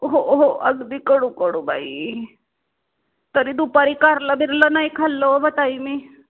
हो हो अगदी कडू कडू बाई तरी दुपारी कारलं बिरलं नाही खाल्लं अहो ब ताई मी